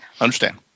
Understand